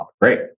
great